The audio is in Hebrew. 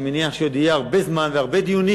אני מניח שעוד יהיה הרבה זמן והרבה דיונים